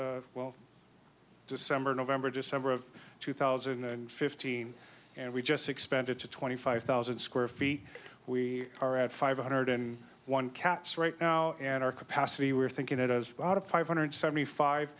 out well december november december of two thousand and fifteen and we just expanded to twenty five thousand square feet we are at five hundred and one caps right now and our capacity we're thinking it as well out of five hundred seventy five